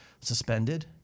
suspended